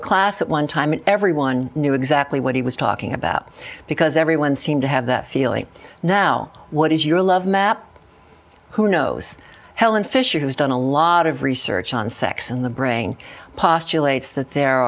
a class at one time and everyone knew exactly what he was talking about because everyone seemed to have that feeling now what is your love map who knows helen fisher who's done a lot of research on sex and the brain postulates that there